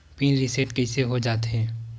Pin reset कइसे हो जाथे?